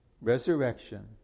resurrection